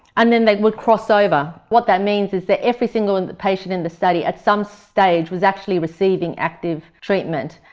and then they would crossover. what that means is that every single and patient in the study at some stage was actually receiving active treatment.